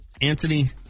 Anthony